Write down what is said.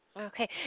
Okay